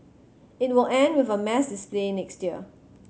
it will end with a mass display next year